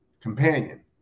companion